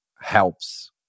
helps